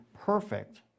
perfect